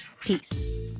Peace